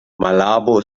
malabo